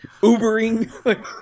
ubering